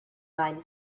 ball